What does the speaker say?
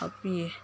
ꯍꯥꯞꯄꯤꯌꯦ